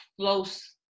close